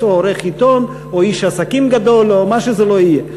או עורך עיתון או איש עסקים גדול או מה שזה לא יהיה,